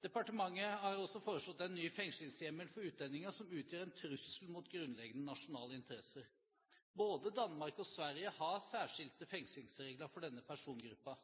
Departementet har også foreslått en ny fengslingshjemmel for utlendinger som utgjør en trussel mot grunnleggende nasjonale interesser. Både Danmark og Sverige har særskilte fengslingsregler for denne persongruppen.